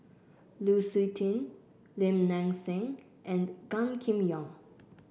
Lu Suitin Lim Nang Seng and Gan Kim Yong